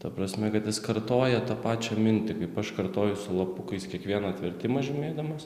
ta prasme kad jis kartoja tą pačią mintį kaip aš kartoju su lapukais kiekvieną atvertimą žymėdamas